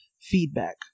feedback